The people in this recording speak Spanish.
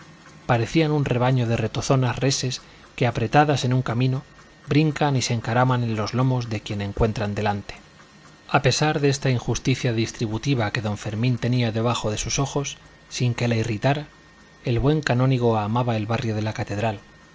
parecían un rebaño de retozonas reses que apretadas en un camino brincan y se encaraman en los lomos de quien encuentran delante a pesar de esta injusticia distributiva que don fermín tenía debajo de sus ojos sin que le irritara el buen canónigo amaba el barrio de la catedral